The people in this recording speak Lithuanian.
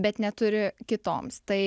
bet neturi kitoms tai